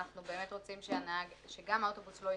אנחנו באמת רוצים שגם האוטובוס לא התעכב,